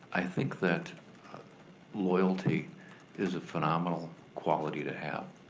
i think that loyalty is a phenomenal quality to have,